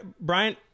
Brian